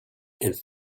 and